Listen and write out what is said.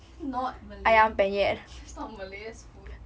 it's not malay that's not malay that's food